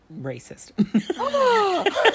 racist